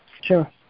Sure